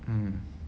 um